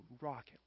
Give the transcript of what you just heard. rocket